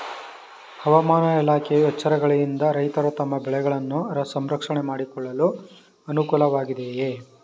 ಹವಾಮಾನ ಇಲಾಖೆಯ ಎಚ್ಚರಿಕೆಗಳಿಂದ ರೈತರು ತಮ್ಮ ಬೆಳೆಗಳನ್ನು ಸಂರಕ್ಷಣೆ ಮಾಡಿಕೊಳ್ಳಲು ಅನುಕೂಲ ವಾಗಿದೆಯೇ?